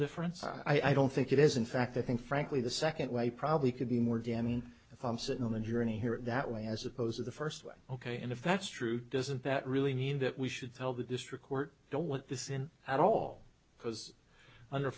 difference i don't think it is in fact i think frankly the second way probably could be more damning if i'm sitting on the journey here that way as opposed to the first way ok and if that's true doesn't that really mean that we should tell the district court don't want this in at all because under